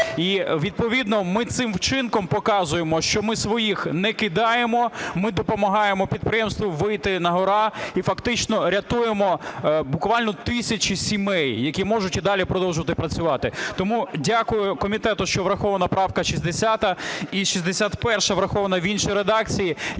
І відповідно ми цим вчинком показуємо, що ми своїх не кидаємо, ми допомагаємо підприємству вийти на-гора і фактично рятуємо буквально тисячі сімей, які можуть і далі продовжувати працювати. Тому дякую комітету, що врахована правка 60 і 61-а врахована в іншій редакції.